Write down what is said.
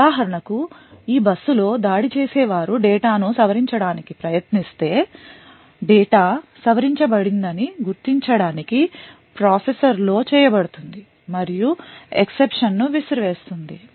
ఉదాహరణకు ఈ బస్సు లో దాడి చేసేవారు డేటా ను సవరించడానికి ప్రయత్నిస్తే డేటా సవరించబడిందని గుర్తించడానికి ప్రాసెసర్లో చేయబడుతుంది మరియు exception ను విసిరి వేస్తుంది